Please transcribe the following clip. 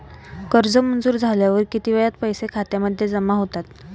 कर्ज मंजूर झाल्यावर किती वेळात पैसे खात्यामध्ये जमा होतात?